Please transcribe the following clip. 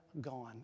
gone